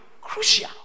Crucial